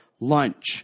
lunch